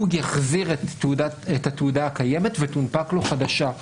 הוא יחזיר את התעודה הקיימת ותונפק לו חדשה.